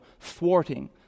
thwarting